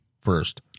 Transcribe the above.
first